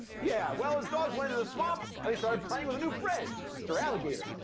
yeah, well, his dogs went into the swamp and they started playing with a new friend, mr. alligator.